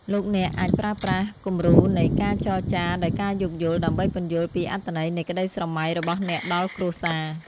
លោកអ្នកអាចប្រើប្រាស់គំរូនៃ "ការចរចាដោយការយោគយល់" ដើម្បីពន្យល់ពីអត្ថន័យនៃក្តីស្រមៃរបស់អ្នកដល់គ្រួសារ។